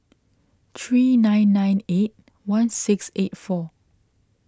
three nine nine eight one six eight four